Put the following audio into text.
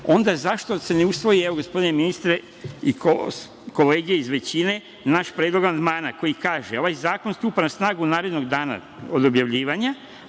onda zašto se ne usvoji, gospodine ministre, i kolege iz većine na naš predlog amandmana, koji kaže – ovaj zakon stupa na snagu narednog dana od objavljivanja,